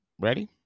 ready